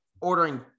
ordering